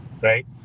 right